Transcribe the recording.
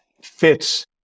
fits